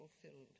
fulfilled